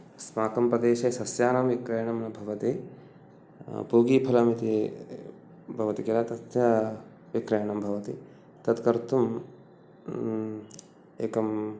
अस्माकं प्रदेशे सस्यानां विक्रयणं न भवति पूगीफलम् इति भवति किल तस्य विक्रयणं भवति तत्कर्तुं एकं